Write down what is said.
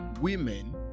women